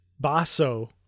Basso